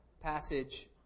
passage